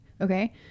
okay